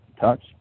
touch